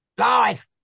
Live